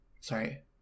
sorry